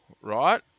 right